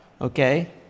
okay